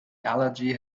allergy